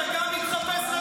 חברת הכנסת מיכאלי.